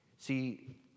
See